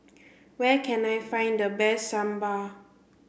where can I find the best Sambar